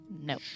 No